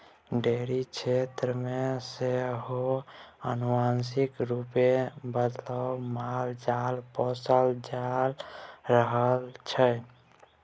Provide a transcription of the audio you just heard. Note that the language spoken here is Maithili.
डेयरी क्षेत्र मे सेहो आनुवांशिक रूपे बदलल मालजाल पोसल जा रहल छै